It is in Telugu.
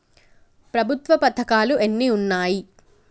ప్రభుత్వ పథకాలు ఎన్ని ఉన్నాయి?